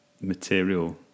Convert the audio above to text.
material